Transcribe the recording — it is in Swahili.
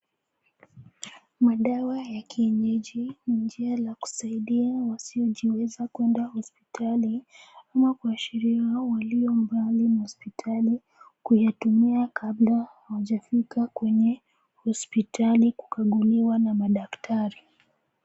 Madawa ya kienyeji ni njia la kusaidia wasiojiweza kwenda hospitali ama kuashiria walio mbali na hospitali kuyatumia kabla hawajafika kwenye hospitali kukaguliwa na madaktari.